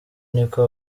niko